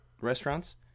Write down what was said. restaurants